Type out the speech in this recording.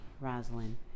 Rosalind